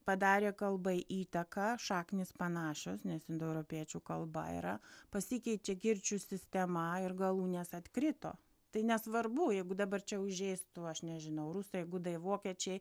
padarė kalbai įtaką šaknys panašios nes indoeuropiečių kalba yra pasikeičia kirčių sistema ir galūnės atkrito tai nesvarbu jeigu dabar čia užeis tu aš nežinau rusai gudai vokiečiai